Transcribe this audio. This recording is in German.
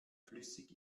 flüssig